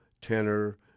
tenor